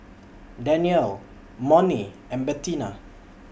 Danniel Monnie and Bettina